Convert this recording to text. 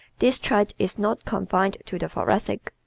this trait is not confined to the thoracic.